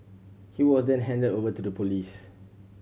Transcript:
he was then handed over to the police